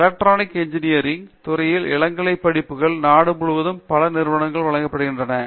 electronic engineering துறையில் இளங்கலை படிப்புகள் நாடு முழுவதும் பல நிறுவனங்கள் வழங்கப்படுகின்றன